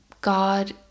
god